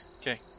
Okay